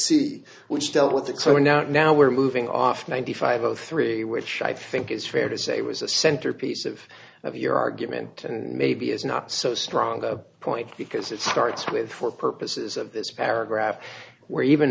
c which dealt with that so now now we're moving off ninety five zero three which i think is fair to say was a centerpiece of of your argument and maybe it's not so strong a point because it starts with for purposes of this paragraph we're even